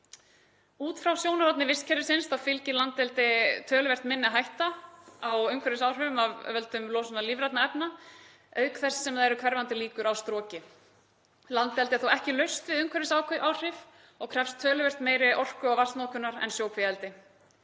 Út frá sjónarhorni vistkerfisins þá fylgir landeldi töluvert minni hætta á umhverfisáhrifum af völdum losunar lífrænna efna auk þess sem það eru hverfandi líkur á stroki. Landeldi er þó ekki laust við umhverfisáhrif og það krefst töluvert meiri orku- og vatnsnotkunar en sjókvíaeldi.